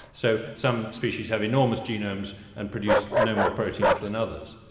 so some species have enormous genomes and produce no more proteins than others.